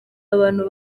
abantu